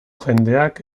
jendeak